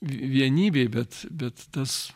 vienybė bet bet tas